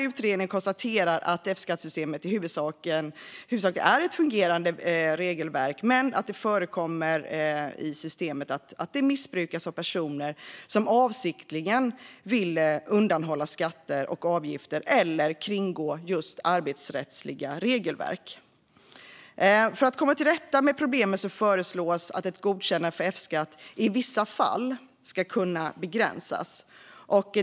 Utredningen konstaterar att F-skattesystemet i huvudsak är ett välfungerande regelverk, men att det förekommer att systemet missbrukas av personer som avsiktligen vill undanhålla skatter och avgifter eller kringgå arbetsrättsliga regelverk. För att komma till rätta med problemen föreslås att ett godkännande för F-skatt i vissa fall ska kunna begränsas.